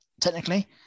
technically